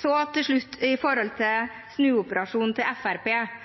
Til slutt til snuoperasjonen til